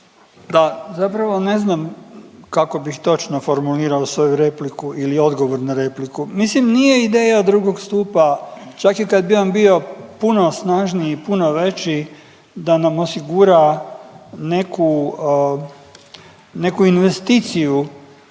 Da, zapravo ne znam kako bih točno formulirao svoju repliku ili odgovor na repliku. Mislim nije ideja II. stupa čak i kad bi on bio puno snažniji, puno veći da nam osigura neku, neku investiciju,